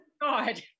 god